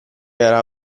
era